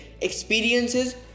experiences